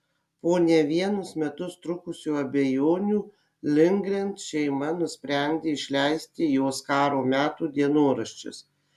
po ne vienus metus trukusių abejonių lindgren šeima nusprendė išleisti jos karo metų dienoraščius